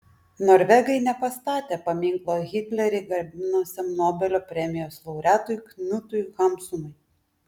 norvegai nepastatė paminklo hitlerį garbinusiam nobelio premijos laureatui knutui hamsunui